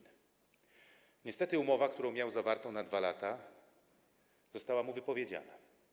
Niestety umowa, którą miał zawartą na 2 lata, została mu wypowiedziana.